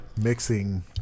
mixing